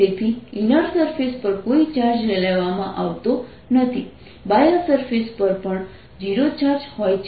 તેથી inner surface પર કોઈ ચાર્જ લેવામાં આવતો નથી બાહ્ય સરફેસ પર પણ 0 ચાર્જ હોય છે